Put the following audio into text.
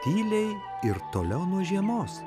tyliai ir toliau nuo žiemos